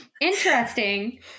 Interesting